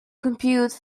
compute